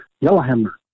Yellowhammer